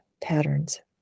Patterns